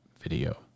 video